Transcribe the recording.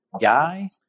guy